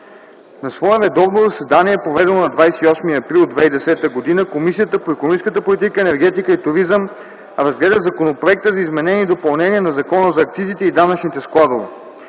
На свое редовно заседание, проведено на 28 април 2010 г., Комисията по икономическата политика, енергетика и туризъм разгледа законопроекта за изменение и допълнение на Закона за акцизите и данъчните складове.